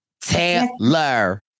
Taylor